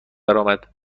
درآمد